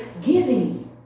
giving